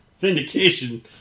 vindication